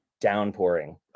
downpouring